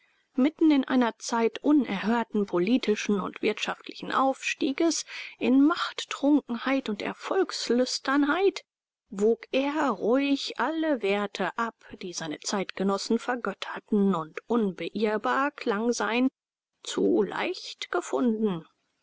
mitten in einer zeit unerhörten politischen und wirtschaftlichen aufstieges in machttrunkenheit und erfolgslüsternheit wog er ruhig alle werte ab die seine zeitgenossen vergötterten und unbeirrbar klang sein zu leicht gefunden